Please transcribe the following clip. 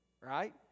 right